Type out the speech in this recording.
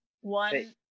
one